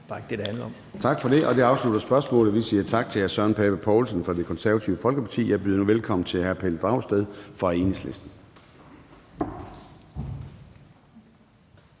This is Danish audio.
Tak for det. Det afslutter spørgsmålet. Vi siger tak til hr. Søren Pape Poulsen fra Det Konservative Folkeparti. Jeg byder nu velkommen til hr. Pelle Dragsted fra Enhedslisten.